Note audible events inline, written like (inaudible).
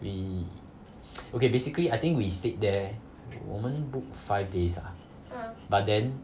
we (noise) okay basically I think we stayed there 我们 book five days lah but then